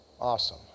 Awesome